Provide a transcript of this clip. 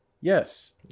Yes